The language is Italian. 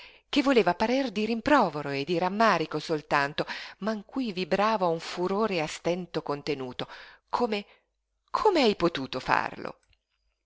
che voleva parer di rimprovero e di rammarico soltanto ma in cui vibrava un furore a stento contenuto come come hai potuto farlo